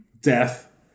death